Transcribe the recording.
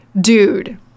dude